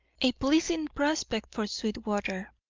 a pleasing prospect for sweetwater,